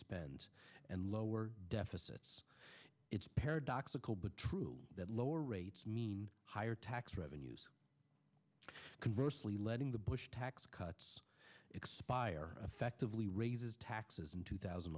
spend and lower deficits it's paradoxical but true that lower rates mean higher tax revenues converse lee letting the bush tax cuts expire effectively raises taxes in two thousand